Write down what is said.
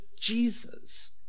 Jesus